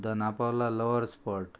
Dona Paula lover spot